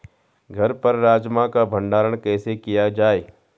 घर पर राजमा का भण्डारण कैसे किया जाय?